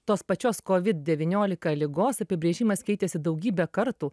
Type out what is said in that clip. tos pačios covid devyniolika ligos apibrėžimas keitėsi daugybę kartų